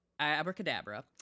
abracadabra